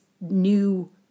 new